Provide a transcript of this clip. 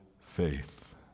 faith